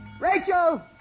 Rachel